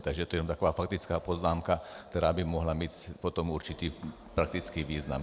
Takže to jenom taková faktická poznámka, která by mohla mít potom určitý praktický význam.